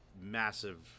massive